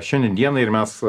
šiandien dienai ir mes